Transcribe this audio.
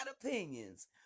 opinions